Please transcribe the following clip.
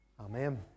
Amen